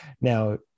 now